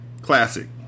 Classic